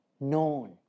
known